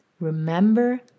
remember